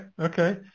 okay